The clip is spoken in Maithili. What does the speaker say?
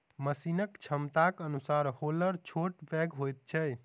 मशीनक क्षमताक अनुसार हौलर छोट पैघ होइत छै